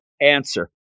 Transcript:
answer